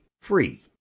free